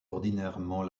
ordinairement